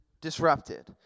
disrupted